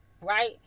Right